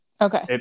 Okay